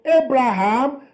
Abraham